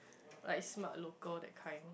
like Smartlocal that kind